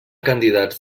candidats